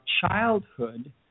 childhood